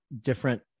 different